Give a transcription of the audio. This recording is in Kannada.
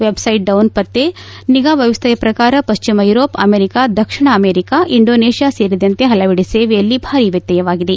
ವೆಬ್ಸೈಟ್ ಡೌನ್ ಪತ್ತೆ ನಿಗಾ ವ್ಯವಸ್ದೆಯ ಪ್ರಕಾರ ಪಶ್ಚಿಮ ಯೂರೋಪ್ ಅಮೆರಿಕ ದಕ್ಷಿಣ ಅಮೆರಿಕ ಇಂಡೋನೇಷಿಯಾ ಸೇರಿದಂತೆ ಹಲವೆಡೆ ಸೇವೆಯಲ್ಲಿ ಭಾರಿ ವ್ಯತ್ಯಯವಾಗಿದೆ